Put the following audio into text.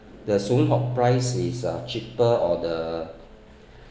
the soon hock price is uh cheaper or the